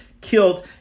killed